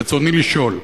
רצוני לשאול: